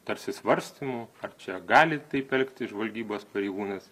tarsi svarstymų ar čia gali taip elgtis žvalgybos pareigūnas